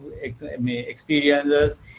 experiences